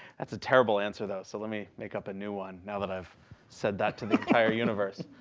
that's a terrible answer though, so let me make up a new one now that i've said that to the entire universe.